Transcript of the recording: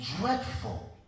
dreadful